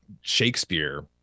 Shakespeare